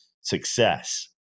success